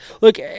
Look